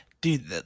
Dude